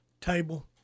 table